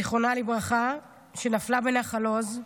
זיכרונה לברכה, שנפלה בנחל עוז,